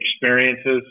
experiences